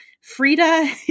Frida